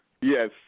Yes